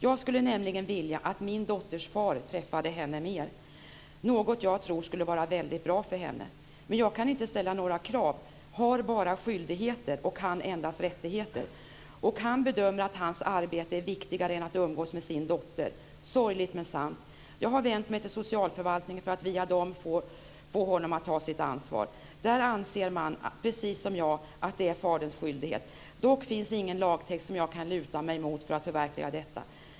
Jag skulle nämligen vilja att min dotters far träffade henne mer, något som jag tror skulle vara väldigt bra för henne. Men jag kan inte ställa några krav; har bara skyldigheter och han endast rättigheter. Han bedömer att hans arbete är viktigare än att umgås med sin dotter. Sorgligt, men sant. Jag har vänt mig till socialförvaltningen för att via dem få honom att ta sitt ansvar. Där anser man, precis som jag, att det är faderns skyldighet. Dock finns ingen lagtext som jag kan luta mig mot för att förverkliga detta.